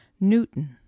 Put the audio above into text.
Newton